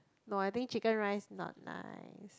no I think chicken-rice not nice